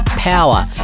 power